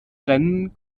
rennen